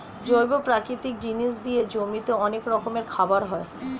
জৈব প্রাকৃতিক জিনিস দিয়ে জমিতে অনেক রকমের খাবার হয়